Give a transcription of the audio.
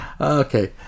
Okay